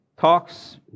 talks